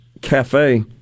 cafe